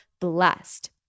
blessed